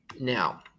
Now